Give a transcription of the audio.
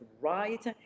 right